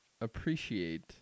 appreciate